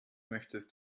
möchtest